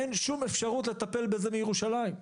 אין שום אפשרות לטפל בזה מירושלים,